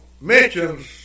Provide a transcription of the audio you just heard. mentions